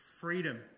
freedom